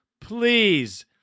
please